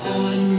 on